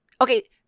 Okay